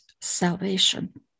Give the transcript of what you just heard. salvation